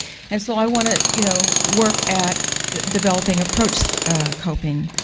and so, i want to you know work at developing approach coping.